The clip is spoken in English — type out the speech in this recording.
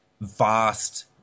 vast